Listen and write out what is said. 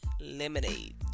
Lemonade